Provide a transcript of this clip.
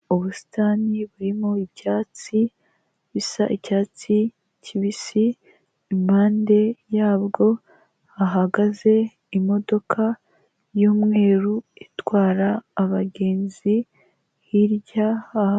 Ubusitani burimo ibyatsi bisa icyatsi kibisi, impande yabwo hahagaze imodoka y'umweru itwara abagenzi hirya.